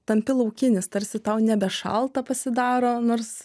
tampi laukinis tarsi tau nebe šalta pasidaro nors